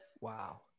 Wow